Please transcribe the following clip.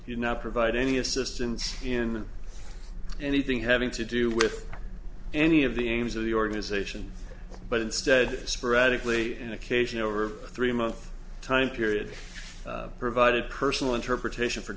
did not provide any assistance in anything having to do with any of the aims of the organization but instead sporadically in occasion over a three month time period provided personal interpretation for